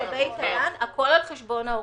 הכול על חשבון ההורים.